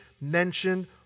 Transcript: mentioned